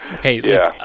Hey